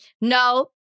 No